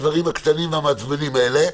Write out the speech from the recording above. יש אופציה כזאת שגם ראינו, הממשלה בכללותה.